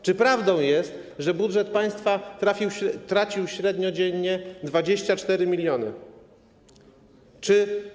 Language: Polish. Czy prawdą jest, że budżet państwa tracił średnio dziennie 24 mln zł?